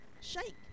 shake